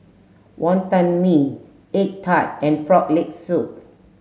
wonton mee egg tart and frog leg soup